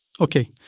okay